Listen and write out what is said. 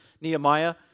Nehemiah